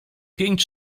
pięć